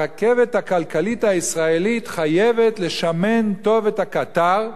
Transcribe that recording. הרכבת הכלכלית הישראלית חייבת לשמן טוב את הקטר,